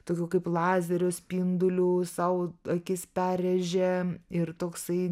tokiu kaip lazerio spinduliu sau akis perrėžė ir toksai